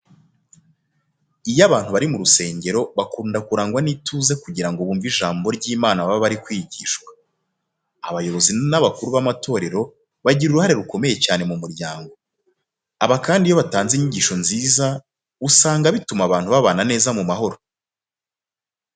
Iyo abantu bari mu rusengero bakunda kurangwa n'ituze kugira ngo bumve ijambo ry'Imana baba bari kwigishwa. Abayobozi n'abakuru b'amatorero bagira uruhare rukomeye cyane mu muryango. Aba kandi iyo batanze inyigisho nziza, usanga bituma abantu babana neza mumahoro.